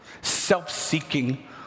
self-seeking